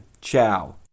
Ciao